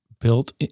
built